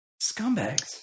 Scumbags